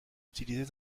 utilisées